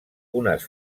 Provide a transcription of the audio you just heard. unes